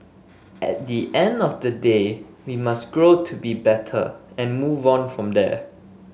at the end of the day we must grow to be better and move on from there